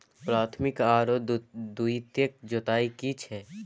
प्राथमिक आरो द्वितीयक जुताई की छिये?